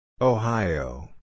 Ohio